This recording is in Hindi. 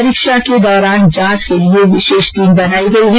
परीक्षा के दौरान जांच के लिये विशेष टीम बनाई गई है